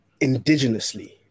indigenously